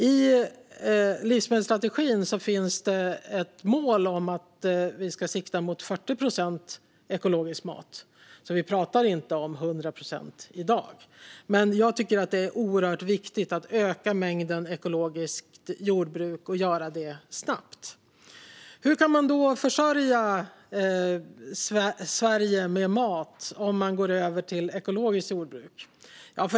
I livsmedelsstrategin finns det ett mål om 40 procent ekologisk mat. Vi pratar alltså inte om 100 procent ekologiskt i dag. Men jag tycker att det är viktigt att öka mängden ekologiskt jordbruk och göra det snabbt. Hur kan man då försörja Sverige med mat om man går över till ekologiskt jordbruk?